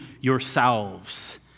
yourselves